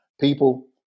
people